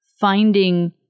finding